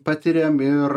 patiriam ir